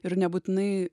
ir nebūtinai